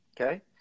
Okay